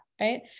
Right